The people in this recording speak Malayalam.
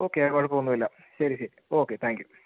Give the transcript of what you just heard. ഓക്കേ കുഴപ്പം ഒന്നും ഇല്ല ശരി ശരി ഓക്കേ താങ്ക് യൂ